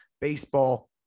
baseball